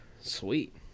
Sweet